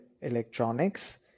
electronics